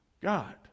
God